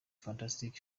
fantastic